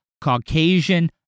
Caucasian